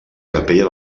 capella